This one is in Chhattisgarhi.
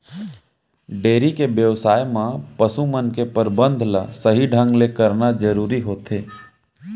डेयरी के बेवसाय म पसु मन के परबंध ल सही ढंग ले करना जरूरी होथे